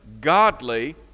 godly